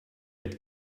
but